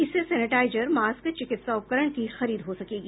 इससे sanitiser mask चिकित्सा उपकरण की खरीद हो सकेगी